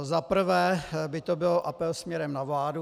Za prvé by to byl apel směrem na vládu.